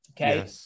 Okay